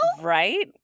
Right